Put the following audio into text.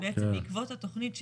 בעצם בעקבות התכנית,